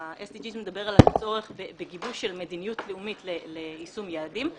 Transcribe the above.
ה- SDGsמדבר על הצורך בגיבוש של מדיניות לאומית ליישום יעדים.